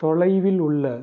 தொலைவில் உள்ள